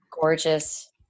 gorgeous